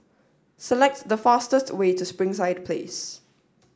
select the fastest way to Springside Place